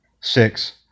Six